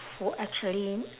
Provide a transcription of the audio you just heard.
who actually